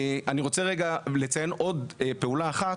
אני רוצה רגע לציין עוד פעולה אחת,